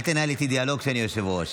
אל תנהל איתי דיאלוג כשאני היושב-ראש.